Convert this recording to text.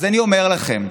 אז אני אומר לכם,